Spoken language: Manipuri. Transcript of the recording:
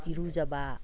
ꯏꯔꯨꯖꯕ